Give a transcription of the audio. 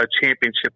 championship